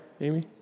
Amy